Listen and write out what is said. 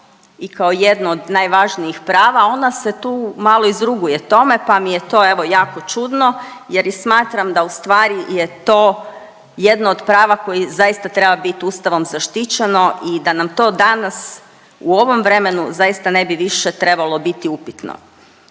i kao jedno od najvažnijih prava, ona se tu malo izruguje tome, pa mi je to evo jako čudno jer i smatram da ustvari je to jedno od prava koji zaista treba bit ustavom zaštićeno i da nam to danas u ovom vremenu zaista ne bi više trebalo biti upitno.